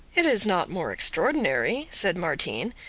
it is not more extraordinary, said martin,